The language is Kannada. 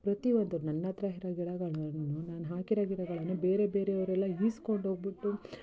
ಪ್ರತಿಯೊಂದು ನನ್ನ ಹತ್ರ ಇರೊ ಗಿಡಗಳನ್ನ ನಾನು ನಾನು ಹಾಕಿರೊ ಗಿಡಗಳನ್ನು ಬೇರೆ ಬೇರೆ ಅವರೆಲ್ಲ ಈಸ್ಕೊಂಡು ಹೋಗ್ಬಿಟ್ಟು